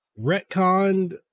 retconned